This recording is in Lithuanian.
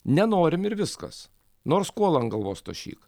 nenorim ir viskas nors kuolą ant galvos tašyk